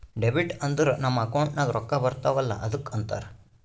debit ಅಂದುರ್ ನಮ್ account ನಾಗ್ ರೊಕ್ಕಾ ಬರ್ತಾವ ಅಲ್ಲ ಅದ್ದುಕ ಅಂತಾರ್